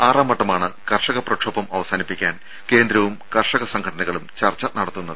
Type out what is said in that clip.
ആറാം വട്ടമാണ് കർഷക പ്രക്ഷോഭം അവസാനിപ്പിക്കാൻ കേന്ദ്രവും കർഷക സംഘടനകളും ചർച്ച നടത്തുന്നത്